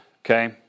Okay